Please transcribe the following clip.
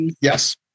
Yes